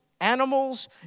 animals